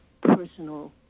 personal